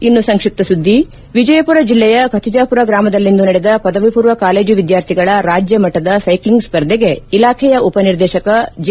ಇನ್ನು ಸಂಕ್ಷಿಪ ಸುದ್ದಿ ವಿಜಯಪುರ ಜಿಲ್ಲೆಯ ಖತಿಜಾಪುರ ಗಾಮದಲ್ಲಿಂದು ನಡೆದ ಪದವಿಪೂರ್ವ ಕಾಲೇಜು ವಿದ್ಯಾರ್ಥಿಗಳ ರಾಜ್ಯ ಮಟ್ಟದ ಸೈಕ್ಷಿಂಗ್ ಸ್ಪರ್ಧೆಗೆ ಇಲಾಖೆಯ ಉಪನಿರ್ದೇಶಕ ಜೆ